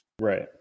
Right